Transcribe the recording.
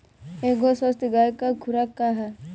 एगो स्वस्थ गाय क खुराक का ह?